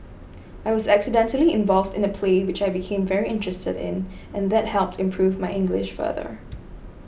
I was accidentally involved in a play which I became very interested in and that helped improve my English further